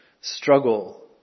Struggle